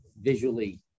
visually